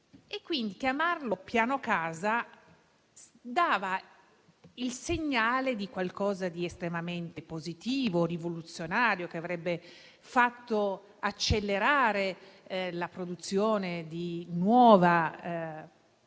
Quindi, chiamarlo piano casa dava il segnale di qualcosa di estremamente positivo, rivoluzionario, che avrebbe fatto accelerare la produzione di nuova edilizia,